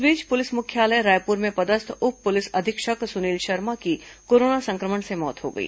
इस बीच पुलिस मुख्यालय रायपुर में पदस्थ उप पुलिस अधीक्षक सुनील शर्मा की कोरोना संक्रमण से मौत हो गई